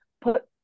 put